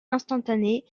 instantanée